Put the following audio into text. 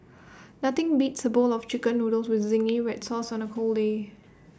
nothing beats A bowl of Chicken Noodles with Zingy Red Sauce on A cold day